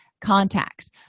contacts